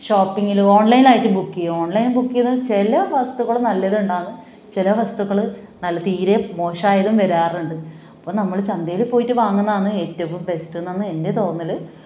ഷോപ്പിങിലും online ആയിട്ട് book ചെയ്യും online book ചെയ്ത് ചില വസ്തുക്കൾ നല്ലതുണ്ടാകും ചില വസ്തുക്കൾ നല്ല തീരെ മോശമായതും വരാറുണ്ട് അപ്പം നമ്മൾ ചന്തയിൽ പോയിട്ട് വാങ്ങുന്നതാണ് ഏറ്റവും ബെസ്റ്റ് എന്നാണ് എൻ്റെ തോന്നൽ